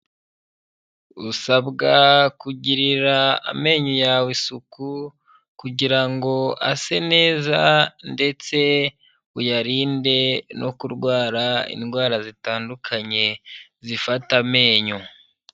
Usabwa kugirira amenyo yawe isuku kugira ngo ase neza ndetse uyarinde no kurwara indwara zitandukanye zifata amenyo.